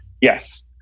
Yes